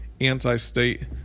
anti-state